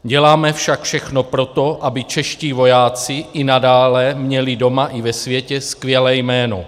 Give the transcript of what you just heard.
Děláme však všechno pro to, aby čeští vojáci i nadále měli doma i ve světě skvělé jméno.